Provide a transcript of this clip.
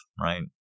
right